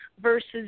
versus